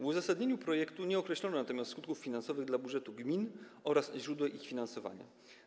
W uzasadnieniu projektu nie określono natomiast skutków finansowych dla budżetów gmin ani źródeł finansowania.